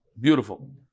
Beautiful